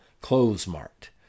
clothes-mart